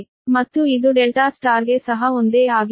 ಮತ್ತು ಇದು ಡೆಲ್ಟಾ ಸ್ಟಾರ್ಗೆ ಸಹ ಒಂದೇ ಆಗಿರುತ್ತದೆ